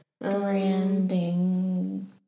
branding